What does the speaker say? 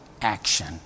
action